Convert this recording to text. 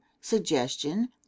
suggestion